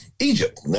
Egypt